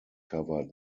covered